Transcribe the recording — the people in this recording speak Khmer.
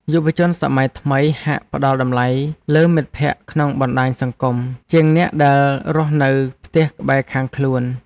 យុវជនសម័យថ្មីហាក់ផ្តល់តម្លៃលើមិត្តភក្តិក្នុងបណ្តាញសង្គមជាងអ្នកដែលរស់នៅផ្ទះក្បែរខាងខ្លួន។